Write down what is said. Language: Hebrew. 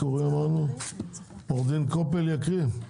עורך דין קופל יקריא.